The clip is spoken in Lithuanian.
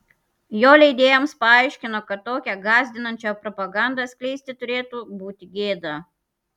jo leidėjams paaiškino kad tokią gąsdinančią propagandą skleisti turėtų būti gėda